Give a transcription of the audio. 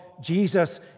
Jesus